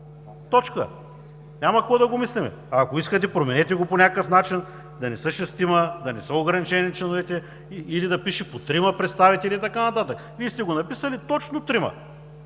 лица“. Няма какво да го мислим. Ако искате, променете го по някакъв начин – да не са шестима, да не са ограничени членовете, или да пише „по трима представители“ и така нататък. Вие сте го написали „трима“